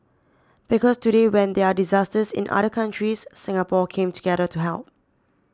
because today when there are disasters in other countries Singapore came together to help